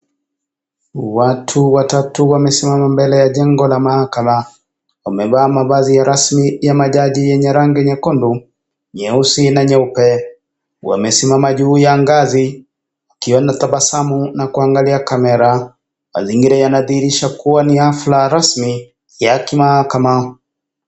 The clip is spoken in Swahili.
Watu watatu wamesimama mbele ya jengo la mahakama, wamevaa mavazi ya rasmi ya majaji yenye rangi nyekundu, nyeusi na nyeupe, wamesimama juu ya ngazi wakiwa na tabasamu na kuangalia kamera, mazingira yanadhihirisha kuwa ni hafla rasmi ya kimahakama.